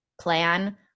plan